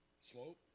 Slope